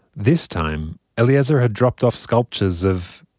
this time, eliezer had dropped off sculptures of,